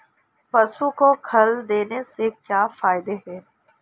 पशु को खल देने से क्या फायदे हैं?